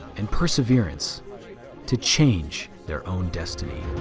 and perseverance to change their own destiny.